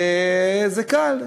וזה קל,